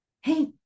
hey